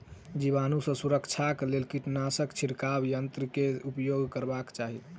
जीवाणु सॅ सुरक्षाक लेल कीटनाशक छिड़काव यन्त्र के उपयोग करबाक चाही